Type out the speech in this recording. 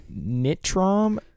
Nitrom